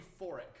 euphoric